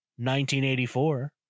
1984